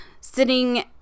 Sitting